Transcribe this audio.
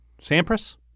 Sampras